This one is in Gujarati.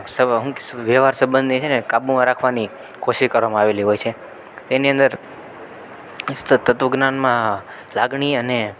વ્યવહાર સંબંધને છે ને કાબુમાં રાખવાની કોશિશ કરવામાં આવેલી હોય છે તેની અંદર તત્વજ્ઞાનમાં લાગણી અને